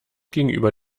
gegenüber